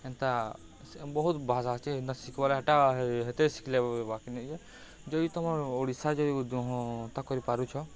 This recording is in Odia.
ହେନ୍ତା ବହୁତ ଭାଷା ଅଛି ନା ଶିଖ୍ବାର ଏଇଟା ହେତେ ଶିଖିଲେ ବାକି ନେଇ ଯେ ଯଦି ତୁମର ଓଡ଼ିଶା କରିପାରୁଛ